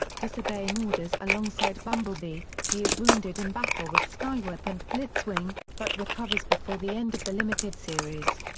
disobeying orders alongside bumblebee, he is wounded in battle with skywarp and blitzwing, but recovers before the end of the limited series.